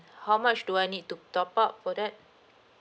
how much do I need to top up for that